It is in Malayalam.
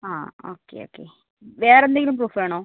ആ ഒക്കെ ഒക്കെ വേറെ എന്തെങ്കിലും പ്രൂഫ് വേണോ